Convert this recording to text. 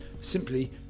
simply